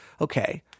okay